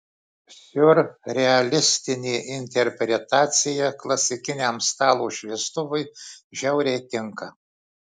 siurrealistinė interpretacija klasikiniam stalo šviestuvui žiauriai tinka